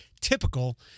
typical